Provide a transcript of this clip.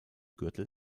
gürtel